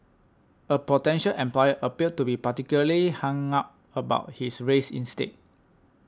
a potential employer appeared to be particularly hung up about his race instead